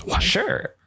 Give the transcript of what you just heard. sure